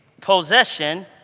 possession